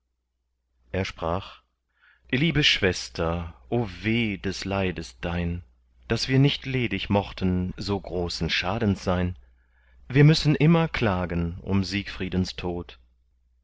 er sprach liebe schwester o weh des leides dein daß wir nicht ledig mochten so großen schadens sein wir müssen immer klagen um siegfriedens tod